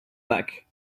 back